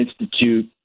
institute